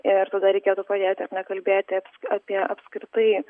ir tada reikėtų pradėti ar ne kalbėti apie apskritai